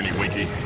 winky.